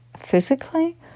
Physically